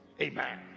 amen